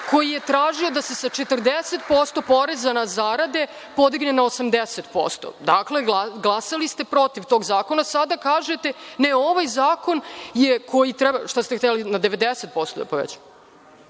koji je tražio da se sa 40% poreza na zarade podigne na 80%. Dakle, glasali ste protiv tog zakona. Sada kažete - ne ovaj zakon je. Šta ste hteli, na 90% da povećamo?